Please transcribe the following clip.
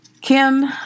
Kim